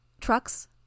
Trucks